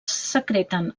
secreten